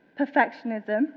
perfectionism